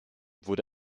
wurde